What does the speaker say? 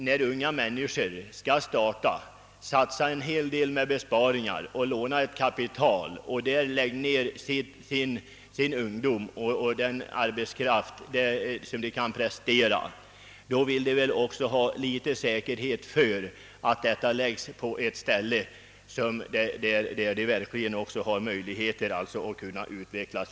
När unga människor satsar sina besparingar, lånar kapital och lägger ned tid och arbete på ett jordbruk, vill de också ha en viss säkerhet för att det lönar sig.